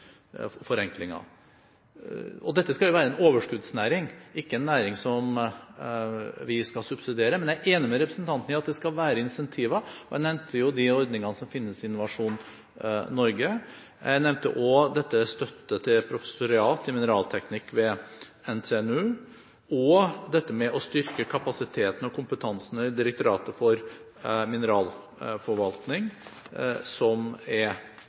forenklinger. Dette skal være en overskuddsnæring, ikke en næring som vi skal subsidiere, men jeg er enig med representanten i at det skal være incentiver, og jeg nevnte de ordningene som finnes i Innovasjon Norge. Jeg nevnte også dette med støtte til et professorat i mineralteknikk ved NTNU og å styrke kapasiteten og kompetansen i Direktoratet for mineralforvaltning, som er